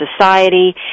society